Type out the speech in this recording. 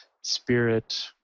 spirit